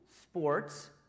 sports